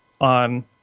on